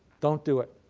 don't do it.